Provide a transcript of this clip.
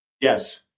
Yes